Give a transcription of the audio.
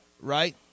right